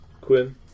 Quinn